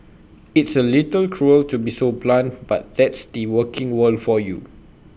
it's A little cruel to be so blunt but that's the working world for you